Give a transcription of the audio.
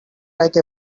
like